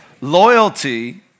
Loyalty